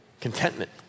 contentment